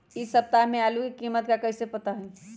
इ सप्ताह में आलू के कीमत का है कईसे पता होई?